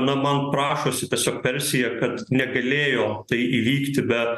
na man prašosi tiesiog persija kad negalėjo tai įvykti be